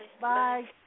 Bye